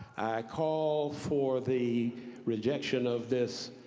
call for the rejection of this